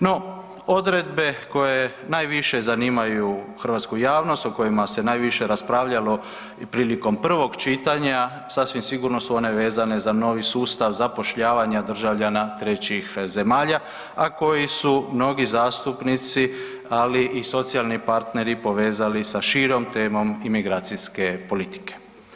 No, odredbe koje najviše zanimaju hrvatsku javnost o kojima se najviše raspravljalo i prilikom prvog čitanja sasvim sigurno su one vezane za novi sustav zapošljavanja državljana trećih zemalja, a koji su mnogi zastupnici ali i socijalni partneri povezali sa širom temom imigracijske politike.